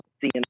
seeing